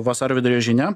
vasario vidurio žinia